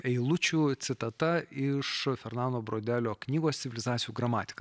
eilučių citata iš fernando brodelio knygos civilizacijų gramatika